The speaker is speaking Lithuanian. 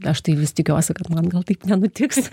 aš tai vis tikiuosi kad man gal taip nenutiks